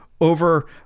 over